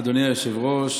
אדוני היושב-ראש,